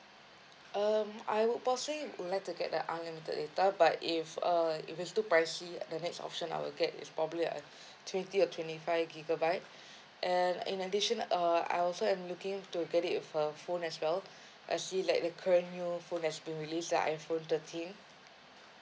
um I would possibly would like to get the unlimited data but if uh if it's too pricey the next option I will get is probably a twenty or twenty five gigabyte and in addition uh I also am looking to get it with a phone as well actually like the current new phone has been the iPhone thirteen